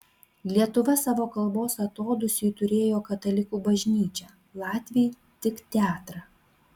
lietuva savo kalbos atodūsiui turėjo katalikų bažnyčią latviai tik teatrą